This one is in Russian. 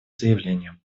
заявлением